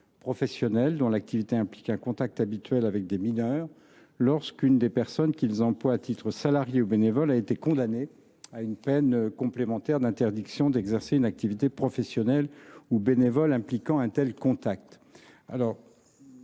professionnels dont l’activité implique un contact habituel avec des mineurs, lorsque l’une des personnes qu’ils emploient à titre salarié ou bénévole a été condamnée à une peine complémentaire d’interdiction d’exercer une activité professionnelle ou bénévole impliquant un tel contact.